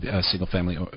single-family